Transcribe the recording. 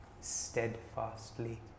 steadfastly